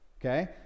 Okay